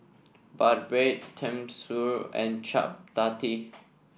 Bibimbap Tenmusu and Chapati